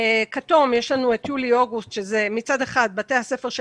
בצבע כתום יולי אוגוסט שזה מצד אחד בתי הספר של